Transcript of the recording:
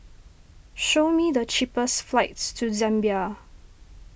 show me the cheapest flights to Zambia